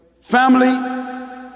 family